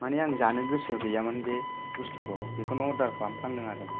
माने आं जानो गोसो गैयामोन बे बुस्थुखौ बेखौनो आं अरदार खालामफ्रांदों आरो